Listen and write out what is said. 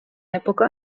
època